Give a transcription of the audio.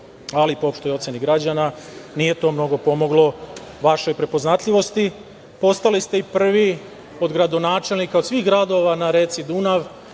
ali po oceni građana nije to mnogo pomoglo vašoj prepoznatljivosti. Postali ste i prvi od gradonačelnika, od svih gradova na reci Dunav,